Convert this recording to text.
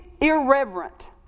irreverent